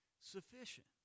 sufficient